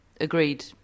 agreed